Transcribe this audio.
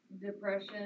depression